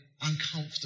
uncomfortable